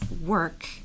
work